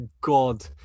god